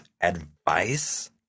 advice